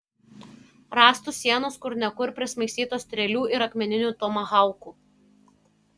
rąstų sienos kur ne kur prismaigstytos strėlių ir akmeninių tomahaukų